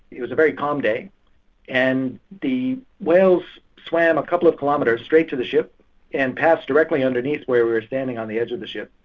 it was a very calm day and the whales swam a couple of kilometres straight to the ship and passed directly underneath where we were standing on the edge of the ship.